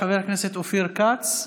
חבר הכנסת אופיר כץ,